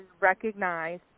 recognize